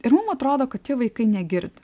ir mum atrodo kad tie vaikai negirdi